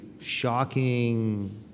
shocking